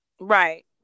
Right